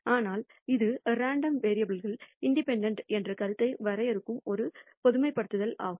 ஆனால் இது இரண்டு ரேண்டம் வேரியபுல்கள் இன்டெபேன்டெ என்ற கருத்தை வரையறுக்கும் ஒரு பொதுமைப்படுத்தல் ஆகும்